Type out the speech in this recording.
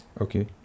Okay